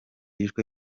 yishwe